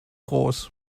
groß